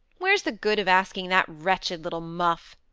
where's the good of asking that wretched little muff?